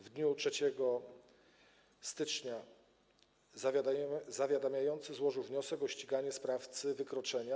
W dniu 3 stycznia zawiadamiający złożył wniosek o ściganie sprawcy wykroczenia.